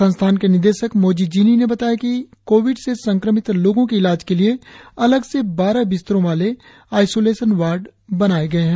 संस्थान के निदेशक मोजी जिनि ने बताया कि कोविड से संक्रमित लोगों के इलाज के लिए अलग से बारह बिस्तरों वाले आइसोलेशन वार्ड बनाया गया है